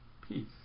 peace